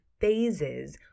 phases